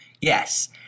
Yes